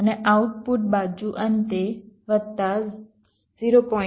અને આઉટપુટ બાજુ અંતે વત્તા 0